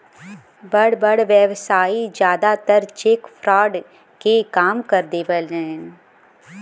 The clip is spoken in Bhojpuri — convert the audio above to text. बड़ बड़ व्यवसायी जादातर चेक फ्रॉड के काम कर देवेने